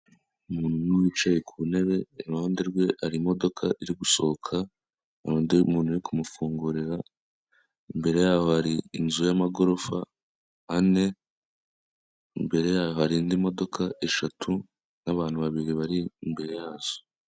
Umuntu umwe wicaye ku ntebe, iruhande rwe hari imodoka iri gusohoka, harundi muntu urikumufungurira, imbere yaho hari inzu yamagorofa ane, imbere yaho hari indi modoka eshatu, n'abantu babiri bari imbere yazo.